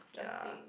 just saying